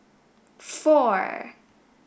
four